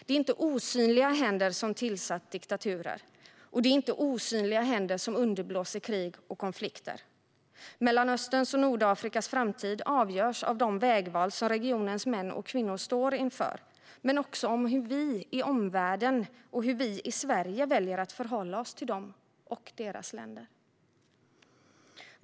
Det är inte osynliga händer som tillsatt diktatorer och som underblåser krig och konflikter. Mellanösterns och Nordafrikas framtid avgörs av de vägval som regionens män och kvinnor står inför, men också av hur vi i omvärlden och i Sverige väljer att förhålla oss till dem och deras länder.